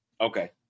Okay